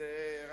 לא יכולים.